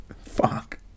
Fuck